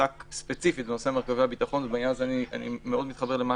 שעסק ספציפית בנושא מרכיבי הביטחון ובעניין הזה אני מאוד מתחבר למה